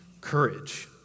courage